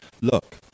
Look